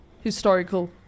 historical